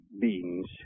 beings